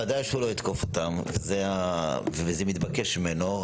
בוודאי שהוא לא יתקוף אותם וזה מתבקש ממנו.